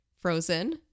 Frozen